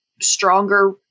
stronger